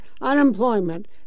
unemployment